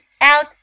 out